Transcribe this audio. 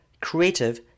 creative